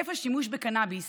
היקף השימוש בקנביס